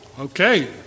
Okay